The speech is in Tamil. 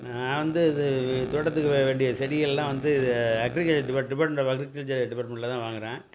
நான் வந்து இது தோட்டத்துக்கு வே வேண்டிய செடிகள்லாம் வந்து agriculture depart department of agriculture டிபார்ட்மெண்டில் தான் வாங்கறேன்